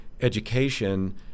education